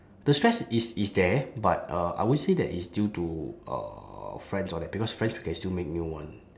the stress is is there but uh I won't say that it's due to uh friends all that because friends you can still make new one